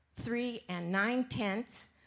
three-and-nine-tenths